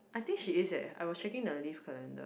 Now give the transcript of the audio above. I think she is eh I was checking the other leave calendar